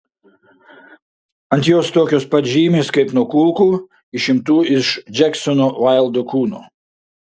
ant jos tokios pat žymės kaip ant kulkų išimtų iš džeksono vaildo kūno